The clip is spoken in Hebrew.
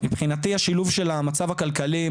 ומבחינתי זה השילוב של המצב הכלכלי עם